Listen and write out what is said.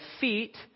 feet